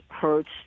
hurts